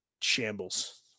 shambles